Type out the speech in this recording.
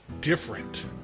different